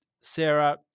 Sarah